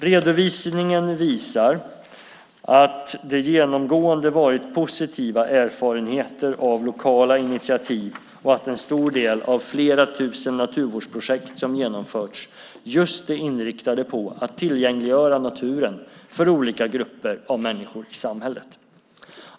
Redovisningen visar att det genomgående varit positiva erfarenheter av lokala initiativ och att en stor del av de flera tusen naturvårdsprojekt som genomförts just är inriktade på att tillgängliggöra naturen för olika grupper av människor i samhället.